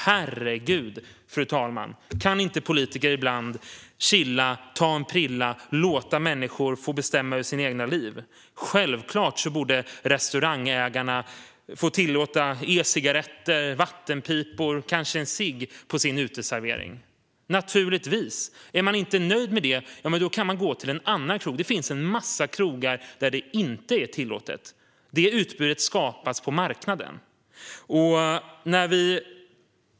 Herregud, fru talman! Kan inte politiker ibland chilla, ta en prilla och låta människor få bestämma över sina egna liv! Självklart borde restaurangägarna få tillåta e-cigarretter, vattenpipor och kanske cigg på sin uteservering. Är man inte nöjd med det kan man gå till en annan krog. Det finns en massa krogar där det inte är tillåtet, och det utbudet skapas på marknaden.